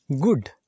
good